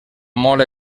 molt